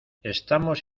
estamos